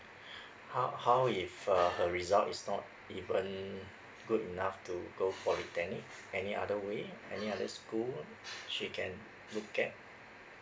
how how if uh her results is not even good enough to go polytechnic any other way any other school she can look at